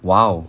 !wow!